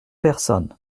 personne